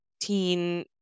teen